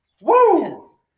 Woo